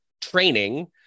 training